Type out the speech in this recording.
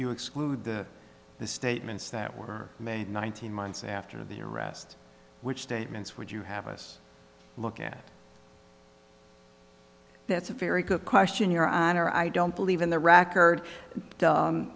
you exclude the the statements that were made nineteen months after the arrest which statements would you have us look at that's a very good question your honor i don't believe in the record